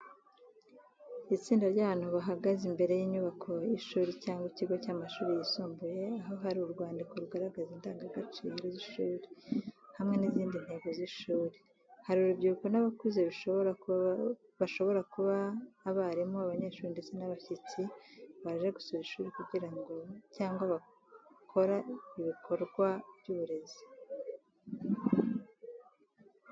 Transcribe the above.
Itsinda ry’abantu bahagaze imbere y’inyubako y’ishuri cyangwa ikigo cy’amashuri yisumbuye aho hari urwandiko rugaragaza indangagaciro z’ishuri hamwe n’izindi ntego z’ishuri. Hari urubyiruko n’abakuze bishobora kuba abarimu, abanyeshuri, ndetse n’abashyitsi baje gusura ishuri cyangwa bakora ibikorwa by’uburezi.